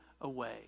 away